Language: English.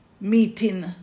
meeting